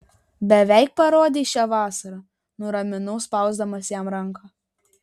beveik parodei šią vasarą nuraminau spausdamas jam ranką